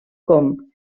com